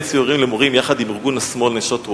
למורים יחד עם ארגון השמאל "מחסום Watch",